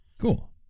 Cool